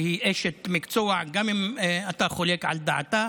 שהיא אשת מקצוע גם אם אתה חולק על דעתה.